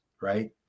right